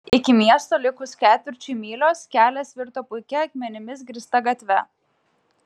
iki miesto likus ketvirčiui mylios kelias virto puikia akmenimis grįsta gatve